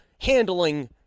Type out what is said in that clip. handling